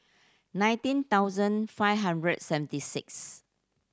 nineteen thousand five hundred seventy six